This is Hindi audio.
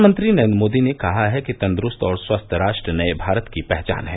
प्रधानमंत्री नरेन्द्र मोदी ने कहा है कि तंदरुस्त और स्वस्थ राष्ट्र नये भारत की पहचान है